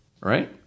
Right